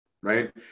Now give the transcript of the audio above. right